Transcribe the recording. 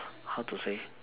how to say